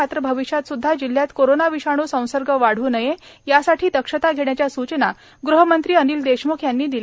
मात्र भविष्यात सुद्धा जिल्ह्यात कोरोना विषाणू संसर्ग वाढू नये यासाठी दक्षता घेण्याच्या सूचना ग़हमंत्री अनिल देशम्ख यांनी दिल्या